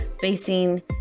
facing